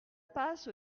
passe